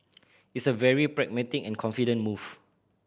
it's a very pragmatic and confident move